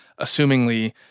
assumingly